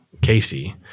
Casey